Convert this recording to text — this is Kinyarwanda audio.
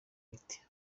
rite